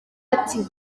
ati